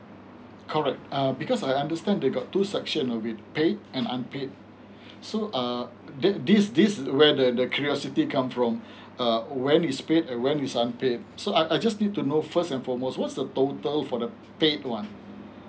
correct uh because I understand they got two section with paid and unpaid so uh that this this uh where the curiosity come from err when is paid and when is unpaid so I just need to know first and foremost what is the total for the paid one